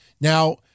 Now